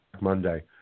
Monday